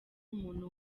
umuntu